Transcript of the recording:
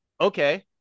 Okay